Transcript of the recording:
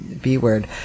b-word